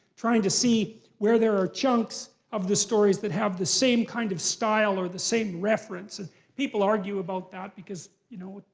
trying to see where there are chunks of the stories that have the same kind of style or the same referents. and people argue about that because, you know,